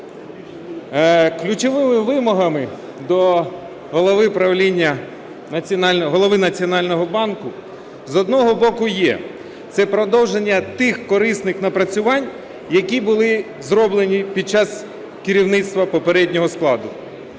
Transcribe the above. Ключовими вимогами до Голови Національного банку, з одного боку, є – це продовження тих корисних напрацювань, які були зроблені під час керівництва попереднього складу,